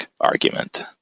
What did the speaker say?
argument